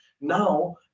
Now